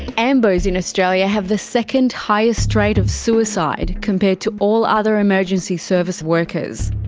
ambos in australia have the second highest rate of suicide compared to all other emergency service workers.